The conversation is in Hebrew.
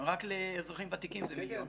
רק לאזרחים ותיקים זה מיליון.